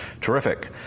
terrific